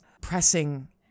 pressing